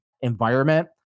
environment